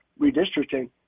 redistricting